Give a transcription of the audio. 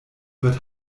wird